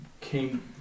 came